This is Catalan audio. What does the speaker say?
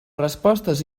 respostes